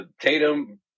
tatum